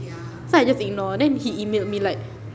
so I just ignore then he emailed me like